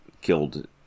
killed